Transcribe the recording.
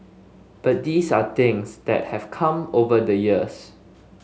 but these are things that have come over the years